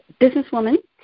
businesswoman